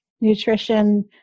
nutrition